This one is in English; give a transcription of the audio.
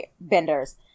benders